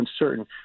uncertain